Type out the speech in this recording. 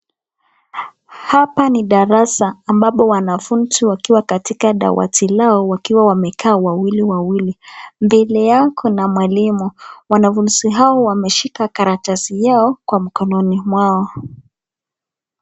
Hapa ni darasa, ambapo wanafunzi wakiwa katika dawatu lao wakiwa wawili wawili, mbele yao kuna mwalimu , wanafunzi hawa wameshika karatasi yao kwa mikononi mwao.